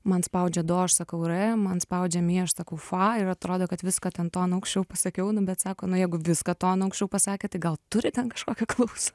man spaudžia do aš sakau re man spaudžia mi aš sakau fa ir atrodė kad viską ten tonu aukščiau pasakiau nu bet sako nu jeigu viską tonu aukščiau pasakė tai gal turi ten kažkokią klausą